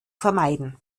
vermeiden